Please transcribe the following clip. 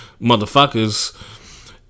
motherfuckers